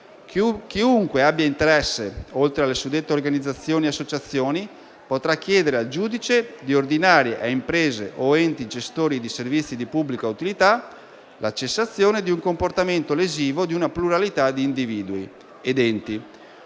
Chiunque abbia interesse, oltre alle suddette organizzazioni e associazioni, potrà chiedere al giudice di ordinare a imprese o enti gestori di servizi di pubblica utilità la cessazione di un comportamento lesivo di una pluralità di individui ed enti,